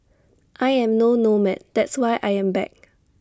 I am no nomad that's why I am back